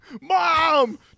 Mom